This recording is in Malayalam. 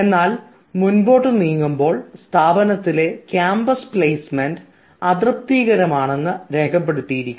എന്നാൽ മുൻപോട്ടു നീങ്ങുമ്പോൾ സ്ഥാപനത്തിലെ ക്യാമ്പസ് പ്ലെയിസ്മെൻറ് അതൃപ്തികരമാണെന്ന് രേഖപ്പെടുത്തിയിരിക്കുന്നു